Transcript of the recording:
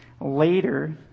later